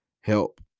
help